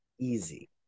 easy